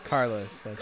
Carlos